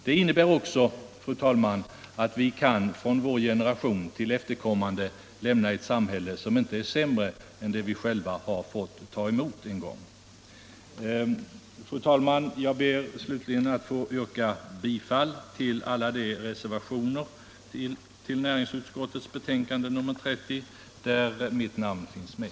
Det innebär också, fru talman, att vi kan, från vår generation till våra efterkommande, lämna ett samhälle som inte är sämre än det vi själva har fått ta emot. Fru talman! Jag ber slutligen att få yrka bifall till alla de reservationer som fogats till näringsutskottets betänkande nr 30 där mitt namn finns med.